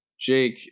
Jake